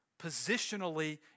Positionally